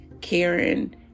Karen